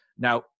Now